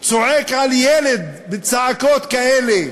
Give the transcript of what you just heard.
צועק על ילד בצעקות כאלה.